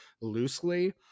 loosely